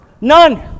None